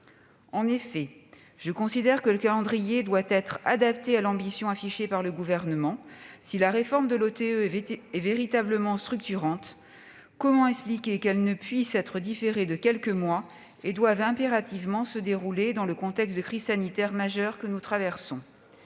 En effet, je considère que le calendrier doit être adapté à l'ambition affichée par le Gouvernement : si la réforme de l'OTE est véritablement structurante, comment expliquer qu'elle ne puisse être différée de quelques mois et doive impérativement se dérouler dans le contexte de crise sanitaire majeure que nous traversons ?